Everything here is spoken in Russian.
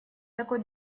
такой